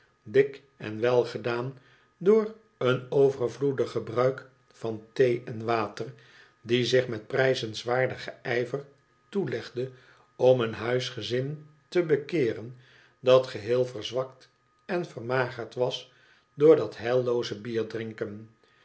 en welgedaan door een overvloedig gebruik van thee en water die zich met prijzenswaardigen ijver toelegde om een huisgezin te bekeeren dat geheel verzwakt en vermagerd was door dat heillooze bierdrinken de